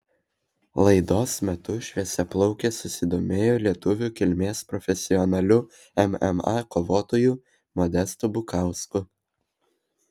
laidos metu šviesiaplaukė susidomėjo lietuvių kilmės profesionaliu mma kovotoju modestu bukausku